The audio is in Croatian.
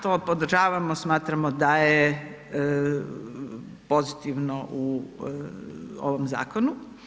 To podržavamo, smatramo da je pozitivno u ovom zakonu.